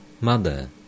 Mother